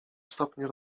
stopniu